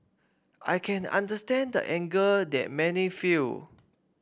I can understand the anger that many feel